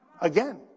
Again